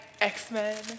X-Men